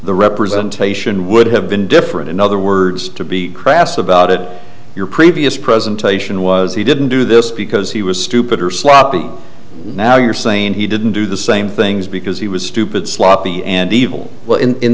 the representation would have been different in other words to be crass about it your previous presentation was he didn't do this because he was stupid or sloppy now you're saying he didn't do the same things because he was stupid sloppy and evil